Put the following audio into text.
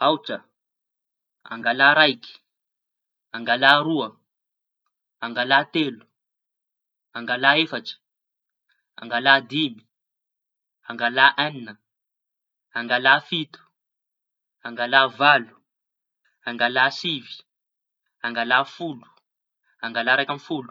Aotra, aotra faingo dimy, raiky, raiky faingo dimy, roa, roa faingo dimy, telo, telo faingo dimy, efatra, efatra faingo dimy, eñina, eñina faingo dimy.